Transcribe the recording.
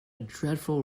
dreadful